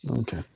Okay